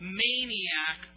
maniac